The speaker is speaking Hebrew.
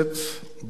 בל נשכח,